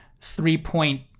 three-point